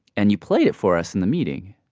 and you played it for us in the meeting.